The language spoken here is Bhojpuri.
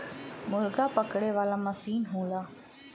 मुरगा पकड़े वाला मसीन होला